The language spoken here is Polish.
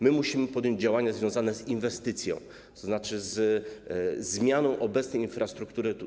My musimy podjąć działania związane z inwestycją, tzn. ze zmianą obecnej infrastruktury.